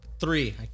three